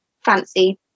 fancy